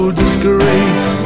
disgrace